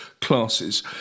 classes